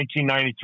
1993